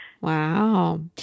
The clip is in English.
Wow